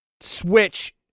Switch